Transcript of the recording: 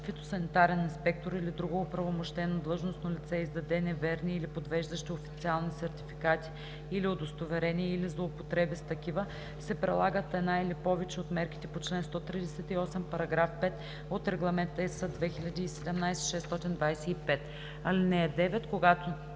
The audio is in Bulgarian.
фитосанитарен инспектор или друго оправомощено длъжностно лице, издаде неверни или подвеждащи официални сертификати или удостоверения, или злоупотреби с такива, се прилагат една или повече от мерките по чл. 138, параграф 5 от Регламент (ЕС) 2017/625. (9) Когато